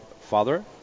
father